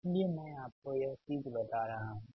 इसलिए मैं आपको यह चीज बता रहा हूं